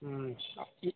ಹ್ಞೂ ಅ ಇ